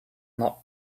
not